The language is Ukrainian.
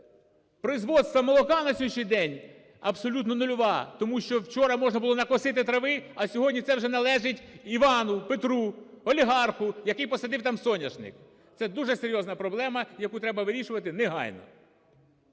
производства молока на сьогоднішній день абсолютно нульова, тому що вчора можна було накосити трави, а сьогодні це вже належить Івану, Петру, олігарху, який посадив там соняшник. Це дуже серйозна проблема, яку треба вирішувати негайно.